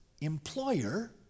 employer